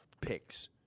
picks